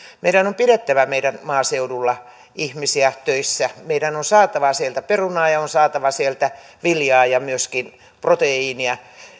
meidän on pidettävä meidän maaseudulla ihmisiä töissä meidän on saatava sieltä perunaa ja on saatava sieltä viljaa ja myöskin proteiinia